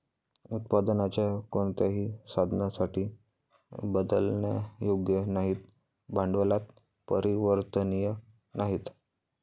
उत्पादनाच्या कोणत्याही साधनासाठी बदलण्यायोग्य नाहीत, भांडवलात परिवर्तनीय नाहीत